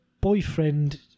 boyfriend